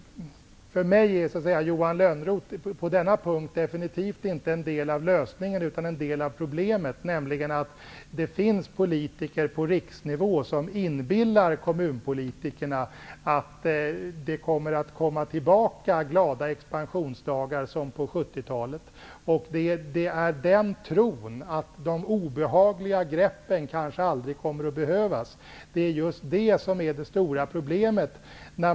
För mig är Johan Lönnroth på denna punkt definitivt inte en del av lösningen utan en del av problemet. Det finns politiker på riksnivå som inbillar kommunpolitikerna att de glada expansionsdagarna på 70-talet kommer tillbaka. Det är den tron, att de obehagliga greppen kanske aldrig kommer att behövas, som är det stora problemet.